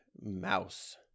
Mouse